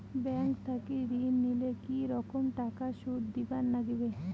Bank থাকি ঋণ নিলে কি রকম টাকা সুদ দিবার নাগিবে?